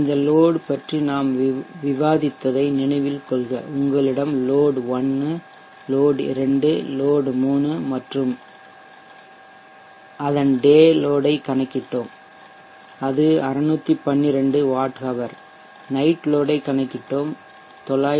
இந்த லோட் பற்றி நாம் விவாதித்ததை நினைவில் கொள்க உங்களிடம் லோட் 1 லோட் 2 லோட் 3 மற்றும் டே லோட் ஐ கணக்கிட்டோம் 612 வாட்ஹவர் நைட் லோட் ஐ கணக்கிட்டோம் 914